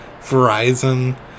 Verizon